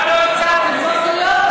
למה לא הצעת את זה?